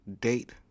date